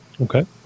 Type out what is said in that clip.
Okay